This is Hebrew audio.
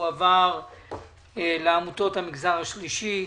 שיועבר לעמותות המגזר השלישי.